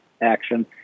action